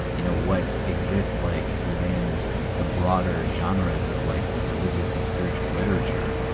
you know, what exists like within the broader genres of like religious and spiritual literature.